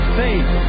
faith